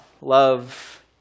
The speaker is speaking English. love